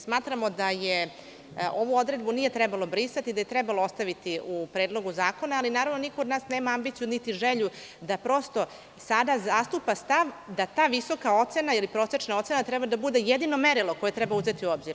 Smatramo da ovu odredbu nije trebalo brisati, da je trebalo ostaviti u Predlogu zakona, ali, naravno, niko od nas nema ambiciju niti želju da prosto sada zastupa stav da ta visoka ocena ili prosečna ocena treba da bude jedino merilo koje treba uzeti u obzir.